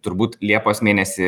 turbūt liepos mėnesį